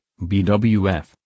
BWF